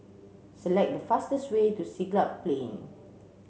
select the fastest way to Siglap Plain